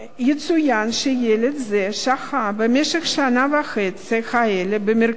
יצוין שילד זה שהה במשך שנה וחצי אלה במרכז חירום,